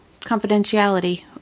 confidentiality